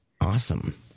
Awesome